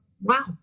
wow